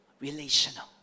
relational